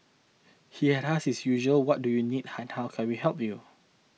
he had asked his usual what do you need we help you